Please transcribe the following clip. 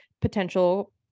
potential